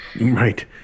right